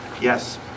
Yes